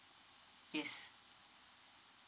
yes